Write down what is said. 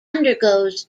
undergoes